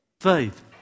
Faith